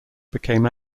became